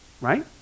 Right